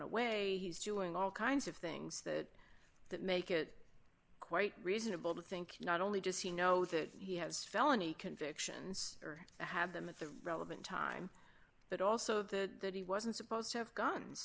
away he's doing all kinds of things that that make it quite reasonable to think not only does he know that he has felony convictions or have them it's a relevant time but also that he wasn't supposed to have